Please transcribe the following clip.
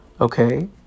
Okay